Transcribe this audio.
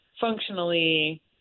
functionally